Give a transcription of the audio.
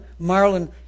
Marlon